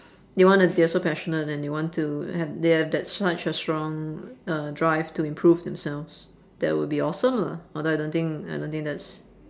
they wanna they're so passionate and they want to have they have that such a strong uh drive to improve themselves that would be awesome lah although I don't think I don't think that's